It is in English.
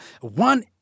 One